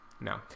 No